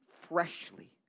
freshly